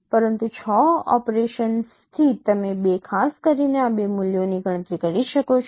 પરંતુ 6 ઓપરેશન્સથી તમે બે ખાસ કરીને આ બે મૂલ્યોની ગણતરી કરી શકો છો